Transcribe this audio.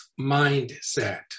Mindset